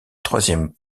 troisième